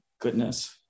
Goodness